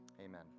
amen